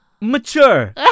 mature